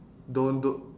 don't don't